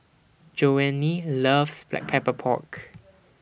Joanie loves Black Pepper Pork